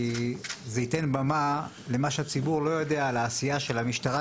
כי זה ייתן במה למה שהציבור לא יודע על העשייה של המשטרה,